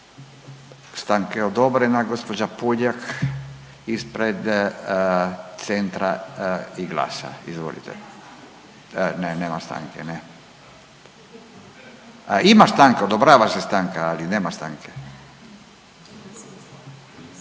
Stanka je odobrena. Gospođa Puljak ispred Centra i GLAS-a, izvolite. Ne, nema stanke, ne. Ima stanka, odobrava se stanka, ali nema stanke.